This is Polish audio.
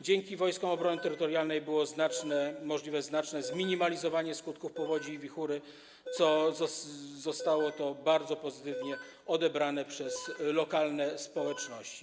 Dzięki Wojskom Obrony Terytorialnej było możliwe znaczne zminimalizowanie skutków powodzi i wichury, co zostało bardzo pozytywnie odebrane przez lokalne społeczności.